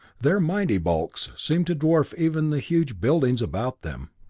their mighty bulks seemed to dwarf even the huge buildings about them.